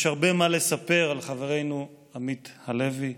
יש הרבה מה לספר על חברנו עמית הלוי,